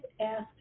asked